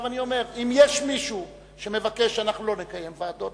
עכשיו אני אומר שאם יש מישהו שמבקש שאנחנו לא נקיים ועדות,